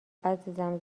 عزیزم